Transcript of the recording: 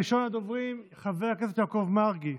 ראשון הדוברים, חבר הכנסת יעקב מרגי,